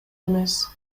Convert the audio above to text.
эмес